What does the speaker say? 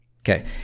Okay